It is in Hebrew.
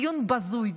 דיון בזוי,